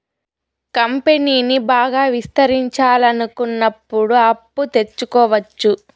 కంపెనీని బాగా విస్తరించాలనుకున్నప్పుడు అప్పు తెచ్చుకోవచ్చు